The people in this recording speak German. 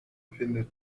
findet